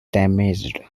damaged